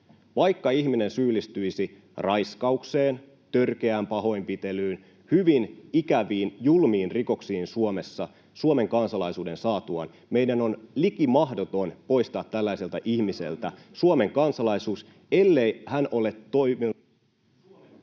vaikka ihminen syyllistyisi raiskaukseen, törkeään pahoinpitelyyn, hyvin ikäviin, julmiin rikoksiin Suomessa Suomen kansalaisuuden saatuaan. Meidän on liki mahdoton poistaa tällaiselta ihmiseltä Suomen kansalaisuus, ellei hän ole toiminut... [Eva Biaudet